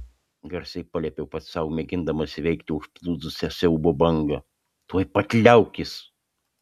garsiai paliepiau pats sau mėgindamas įveikti užplūdusią siaubo bangą tuoj pat liaukis